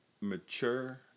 mature